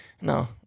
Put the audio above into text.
No